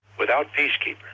without peacekeeper,